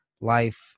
life